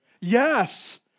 Yes